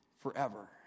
forever